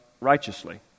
righteously